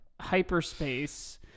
hyperspace